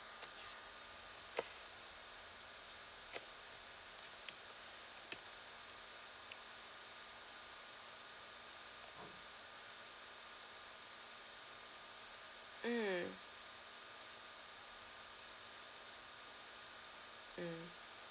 mm